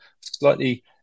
slightly